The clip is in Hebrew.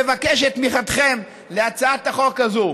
ומבקש את תמיכתכם בהצעת החוק הזאת: